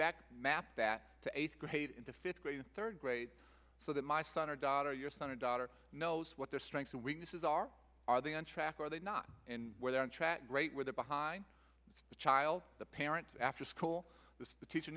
back map that the eighth grade in the fifth grade and third grade so that my son or daughter your son or daughter knows what their strengths and weaknesses are are they on track are they not in where they're on track right where they're behind the child the parents after school the teacher